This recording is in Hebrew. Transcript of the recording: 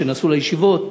כשנסעו לישיבות.